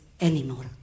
anymore